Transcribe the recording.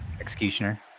executioner